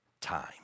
time